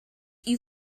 you